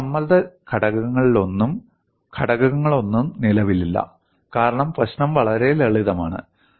മറ്റ് സമ്മർദ്ദ ഘടകങ്ങളൊന്നും നിലവിലില്ല കാരണം പ്രശ്നം വളരെ ലളിതമാണ്